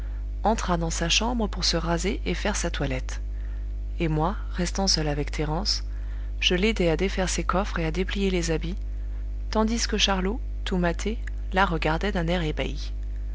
entra dans sa chambre pour se raser et faire sa toilette et moi restant seul avec thérence je l'aidai à défaire ses coffres et à déplier les habits tandis que charlot tout maté la regardait d'un air